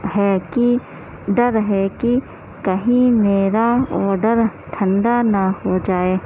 ہے کہ ڈر ہے کہ کہیں میرا آڈر ٹھنڈا نہ ہو جائے